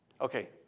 Okay